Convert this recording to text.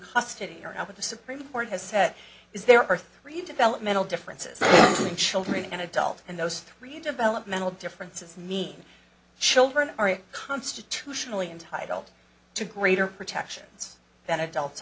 custody or not but the supreme court has said is there are three developmental differences in children and adult and those three developmental differences mean children are constitutionally entitled to greater protections than adults